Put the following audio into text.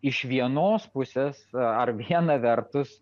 iš vienos pusės ar viena vertus